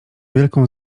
wielką